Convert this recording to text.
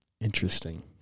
Interesting